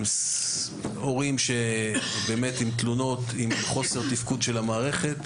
עם הורים עם תלונות בשל חוסר תפקוד של המערכת,